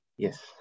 Yes